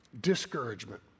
discouragement